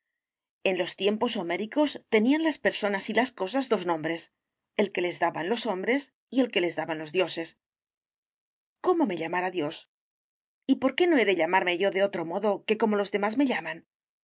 en los tiempos homéricos tenían las personas y las cosas dos nombres el que les daban los hombres y el que les daban los dioses cómo me llamará dios y por qué no he de llamarme yo de otro modo que como los demás me llaman por